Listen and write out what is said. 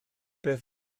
beth